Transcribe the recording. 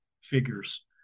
figures